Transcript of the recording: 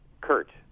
Kurt